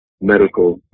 Medical